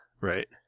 Right